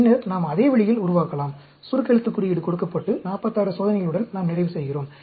பின்னர் நாம் அதே வழியில் உருவாக்கலாம் சுருக்கெழுத்து குறியீடு கொடுக்கப்பட்டு 46 சோதனைகளுடன் நாம் நிறைவு செய்கிறோம்